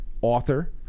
author